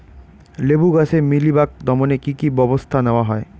লেবু গাছে মিলিবাগ দমনে কী কী ব্যবস্থা নেওয়া হয়?